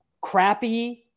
crappy